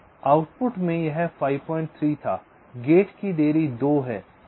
इसलिए आउटपुट में यह 53 था गेट की देरी 2 है